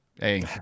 hey